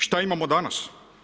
Šta imamo danas?